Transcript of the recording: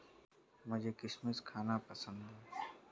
मुझें किशमिश खाना पसंद है